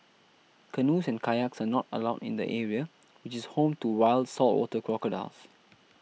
canoes and kayaks are not allowed in the area which is home to wild saltwater crocodiles